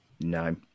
No